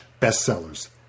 bestsellers